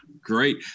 Great